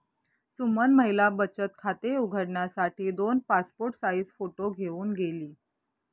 सुमन महिला बचत खाते उघडण्यासाठी दोन पासपोर्ट साइज फोटो घेऊन गेली